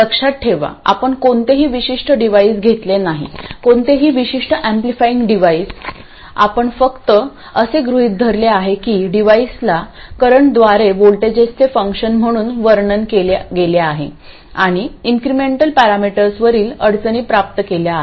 लक्षात ठेवा आपण कोणतेही विशिष्ट डिव्हाइस घेतले नाही कोणतेही विशिष्ट एम्प्लिफिंग डिव्हाइस आपण फक्त असे गृहित धरले आहे की डिव्हाइसला करंटद्वारे व्होल्टेजेसचे फंक्शन म्हणून वर्णन केले गेले आहे आणि इंक्रीमेंटल पॅरामीटर्सवरील अडचणी प्राप्त केल्या आहेत